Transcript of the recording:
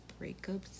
breakups